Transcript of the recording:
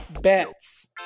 bets